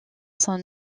son